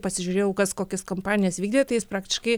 pasižiūrėjau kas kokias kompanijas vykdė tai jis praktiškai